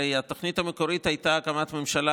הרי התוכנית המקורית הייתה הקמת ממשלה,